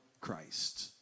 Christ